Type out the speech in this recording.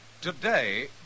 Today